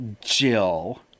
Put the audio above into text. Jill